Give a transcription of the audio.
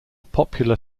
popular